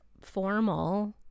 formal